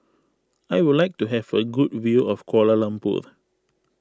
I would like to have a good view of Kuala Lumpur